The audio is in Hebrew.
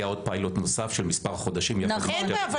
היה עוד פיילוט נוסף של מספר חודשים יחד עם שתי ה- נכון.